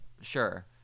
sure